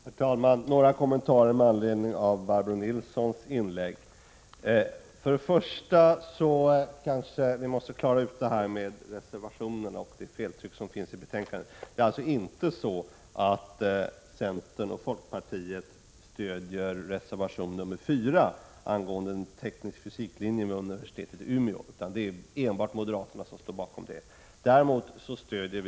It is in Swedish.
Herr talman! Jag vill göra några kommentarer med anledning av Barbro Nilssons inlägg, men först kanske vi måste klara ut vad som gäller i fråga om reservationerna och det tryckfel som finns i betänkandet. Centern och folkpartiet stöder inte reservation 4 angående en tekniskfysiklinje vid universitetet i Umeå, utan det är enbart moderaterna som står bakom den reservationen.